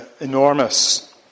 enormous